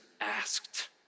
asked